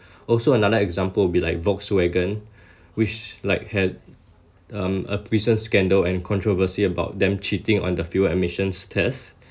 also another example would be like Volkswagen which like had um a recent scandal and controversy about them cheating on the fuel emissions test